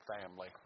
family